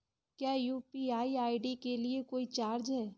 क्या UPI ID के लिए कोई चार्ज है?